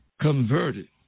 converted